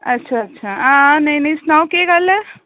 अच्छा अच्छा आं नेईं सनाओ केह् गल्ल ऐ